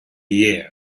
year